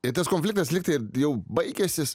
ir tas konfliktas lyg tai jau baigęsis